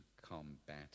combat